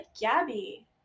Gabby